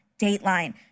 dateline